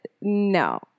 no